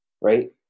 right